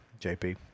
JP